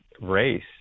race